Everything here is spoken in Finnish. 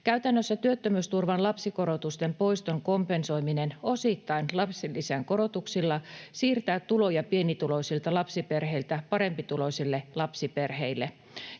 Käytännössä työttömyysturvan lapsikorotusten poiston kompensoiminen osittain lapsilisän korotuksilla siirtää tuloja pienituloisilta lapsiperheiltä parempituloisille lapsiperheille.